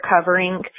covering